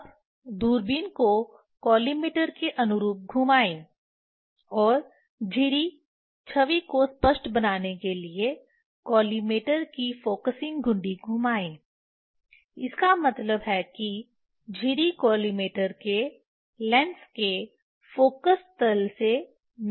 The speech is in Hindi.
अब दूरबीन को कॉलिमेटर के अनुरूप घुमाएं और झिरी छवि को स्पष्ट बनाने के लिए कॉलिमेटर की फ़ोकसिंग घुंडी घुमाएं इसका मतलब है कि झिरी कॉलिमेटर के लेंस के फोकस तल से मेल खा रही है